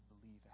believe